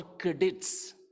credits